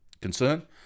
concern